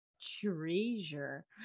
Treasure